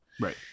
Right